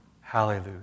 hallelujah